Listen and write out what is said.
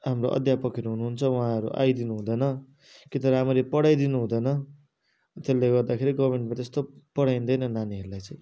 हाम्रो अध्यापकहरू हुनु हुन्छ उहाँहरू आइदिनु हुँदैन कि त राम्ररी पढाइदिनु हुँदैन त्यसले गर्दा गभर्मेन्टमा त्यस्तो पढाइँदैन नानीहरूलाई चाहिँ